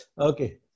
Okay